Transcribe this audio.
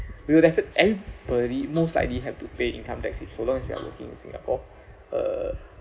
you will definitely and believe most likely have to pay income tax if so long as you are working in singapore uh